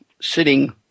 sitting